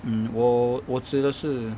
mm 我我指的是